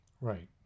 Right